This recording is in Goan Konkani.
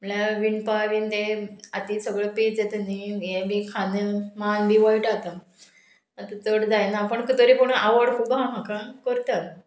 म्हळ्यार विणपा बीन हे आतां सगळें पेज येता न्ही हें बी खांद मान बी वयटा आतां आतां चड जायना पूण तरी पूण आवड खूब हा म्हाका करता